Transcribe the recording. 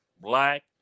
black